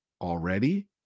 already